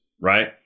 right